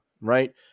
right